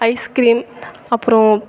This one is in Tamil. ஐஸ்கிரீம் அப்புறோம்